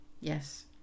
Yes